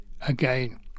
again